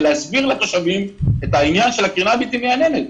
להסביר לאנשים את העניין של הקרינה הבלתי מייננת,